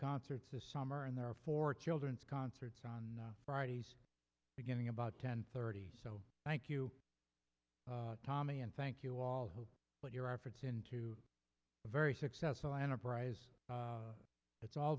concerts this summer and there are four children's concerts on fridays beginning about ten thirty so thank you tommy and thank you all hope but your efforts into a very successful enterprise it's all